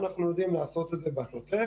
אנחנו יודעים לעשות את זה בשוטף,